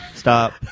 Stop